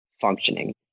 functioning